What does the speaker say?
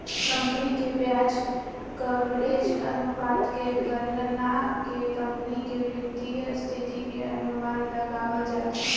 company के ब्याज coverage अनुपात के गणना के कंपनी के वित्तीय स्थिति के अनुमान लगावल जाता